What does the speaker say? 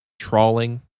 trawling